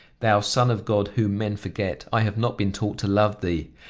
thou son of god, whom men forget, i have not been taught to love thee.